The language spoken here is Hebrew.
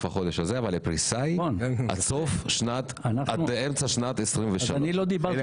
החודש הזה אבל הפריסה היא עד אמצע שנת 23. לא,